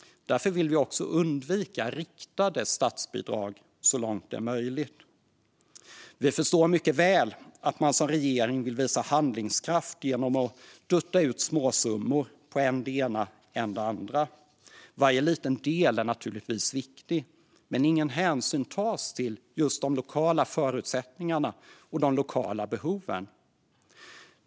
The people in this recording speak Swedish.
Därför vill vi också undvika riktade statsbidrag så långt det är möjligt. Vi förstår mycket väl att man som regering vill visa handlingskraft genom att dutta ut småsummor på än det ena, än det andra. Varje liten del är naturligtvis viktig, men ingen hänsyn tas till de lokala förutsättningarna och behoven.